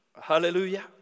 Hallelujah